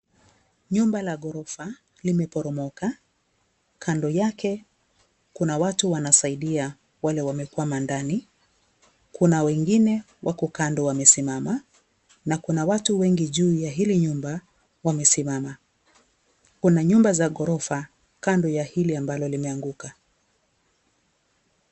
Nyumba la ghorofa limeporomoka, kando yake kuna watu wanasaidia wale wamekwama ndani, kuna wengine wako kando wamesimama na kuna watu wengi juu ya hili nyumba wamesimama, kuna nyumba za ghorofa kando ya hili ambalo limeanguka.